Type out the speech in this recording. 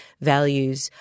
values